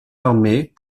armée